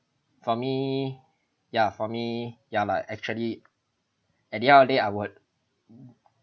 for me ya for me ya lah actually at the end on the day I would